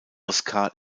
oscar